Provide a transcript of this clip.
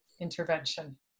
intervention